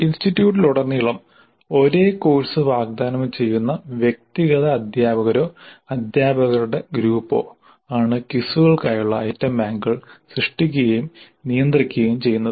ഇൻസ്റ്റിറ്റ്യൂട്ടിലുടനീളം ഒരേ കോഴ്സ് വാഗ്ദാനം ചെയ്യുന്ന വ്യക്തിഗത അധ്യാപകരോ അധ്യാപകരുടെ ഗ്രൂപ്പോ ആണ് ക്വിസുകൾക്കായുള്ള ഐറ്റം ബാങ്കുകൾ സൃഷ്ടിക്കുകയും നിയന്ത്രിക്കുകയും ചെയ്യുന്നത്